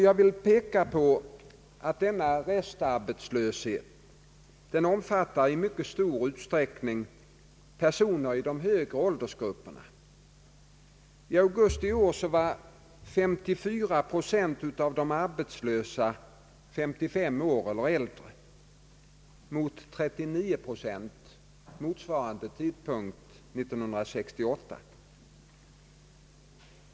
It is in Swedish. Jag vill påpeka att denna restarbetslöshet i stor utsträckning omfattar personer i de högre åldersgrupperna. I augusti i år var 54 procent av de arbetslösa 55 år eller äldre, mot 39 procent motsvarande tidpunkt 1968.